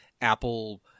Apple